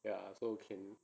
ya so you can